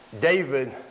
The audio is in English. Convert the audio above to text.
David